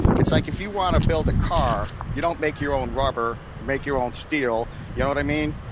it's like if you want to build a car, you don't make your own rubber or and make your own steel. you know what i mean?